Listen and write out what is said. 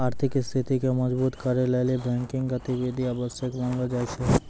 आर्थिक स्थिति के मजबुत करै लेली बैंकिंग गतिविधि आवश्यक मानलो जाय छै